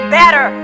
better